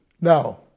Now